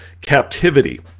captivity